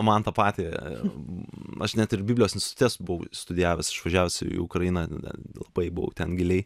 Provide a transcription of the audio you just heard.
man tą patį aš net ir biblijos institute buvo studijavęs išvažiavęs įukrainą buvau ten giliai